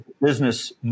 business